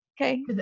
Okay